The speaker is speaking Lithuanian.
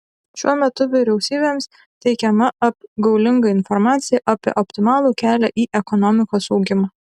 šiuo metu vyriausybėms teikiama apgaulinga informacija apie optimalų kelią į ekonomikos augimą